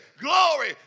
glory